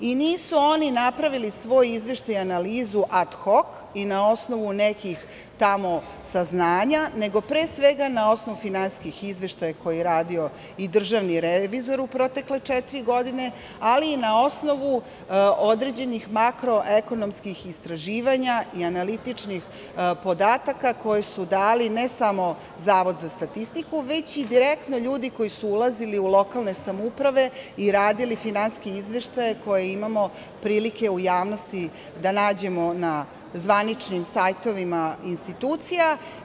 Nisu oni napravili svoj izveštaj i analizu ad hok i na osnovu nekih tamo saznanja, nego pre svega na osnovu finansijskih izveštaja koje je radio Državni revizor u protekle četiri godine, ali i na osnovu određenih makroekonomskih istraživanja i analitičkih podataka koji su dali ne samo Zavod za statistiku, već i direktno ljudi koji su ulazili u lokalne samouprave i radili finansijske izveštaje koje imamo prilike u javnosti da nađemo na zvaničnim sajtovima institucija.